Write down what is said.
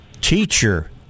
teacher